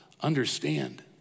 understand